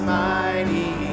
mighty